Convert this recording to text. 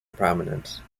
prominence